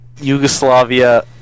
Yugoslavia